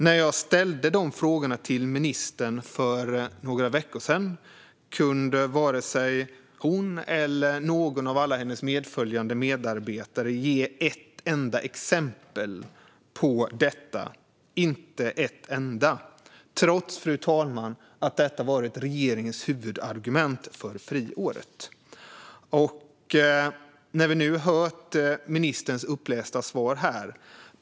När jag ställde dessa frågor till ministern för några veckor sedan kunde varken hon eller någon av alla hennes medföljande medarbetare ge ett enda exempel på detta trots, fru talman, att detta varit regeringens huvudargument för friåret. Vi har nu hört ministern läsa upp sitt svar.